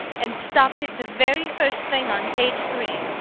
and stopped it the very first thing on page three.